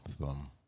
thumb